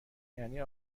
یعنی